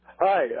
Hi